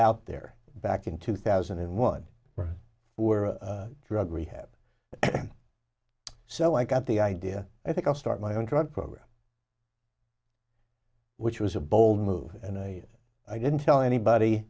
out there back in two thousand and one who are drug rehab so i got the idea i think i'll start my own drug program which was a bold move and i i didn't tell anybody